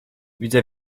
widzę